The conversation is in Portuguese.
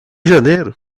janeiro